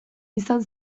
izan